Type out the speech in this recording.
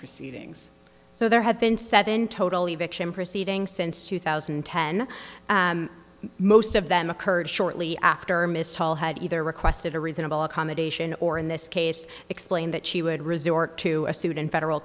proceedings so there have been seven totally victim proceeding since two thousand and ten most of them occurred shortly after mrs hall had either requested a reasonable accommodation or in this case explained that she would resort to a suit in federal